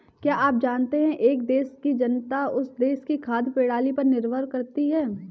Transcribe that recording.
क्या आप जानते है एक देश की जनता उस देश की खाद्य प्रणाली पर निर्भर करती है?